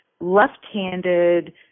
left-handed